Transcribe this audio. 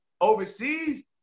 overseas